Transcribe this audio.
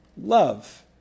love